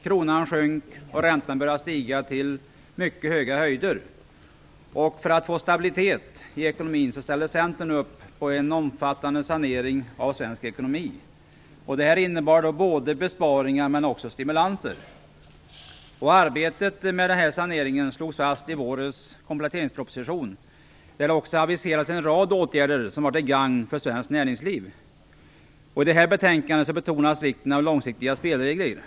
Kronan sjönk och räntan började stiga till mycket höga höjder. För att få stabilitet i ekonomin ställde Centern upp på en omfattande sanering av svensk ekonomi. Det innebar både besparingar och stimulanser. Arbetet med denna sanering slogs fast i vårens kompletteringsproposition, där det också avviserades en rad åtgärder som var till gagn för svenskt näringsliv. I det här betänkandet betonas vikten av långsiktiga spelregler.